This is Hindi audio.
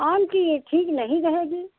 आम की यह ठीक नहीं रहेगी